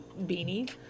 beanie